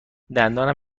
دندانم